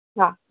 हा